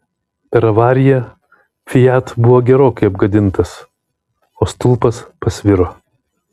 per avariją fiat buvo gerokai apgadintas o stulpas pasviro